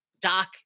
Doc